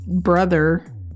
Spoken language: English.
brother